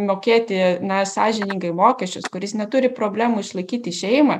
mokėti na sąžiningai mokesčius kuris neturi problemų išlaikyti šeimą